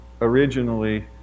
originally